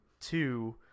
two